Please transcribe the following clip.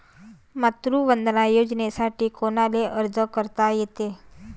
मातृवंदना योजनेसाठी कोनाले अर्ज करता येते?